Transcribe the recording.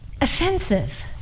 offensive